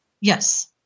Yes